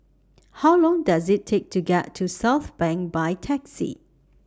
How Long Does IT Take to get to Southbank By Taxi